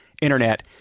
Internet